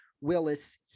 Willis